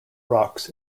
rocks